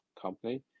company